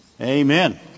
Amen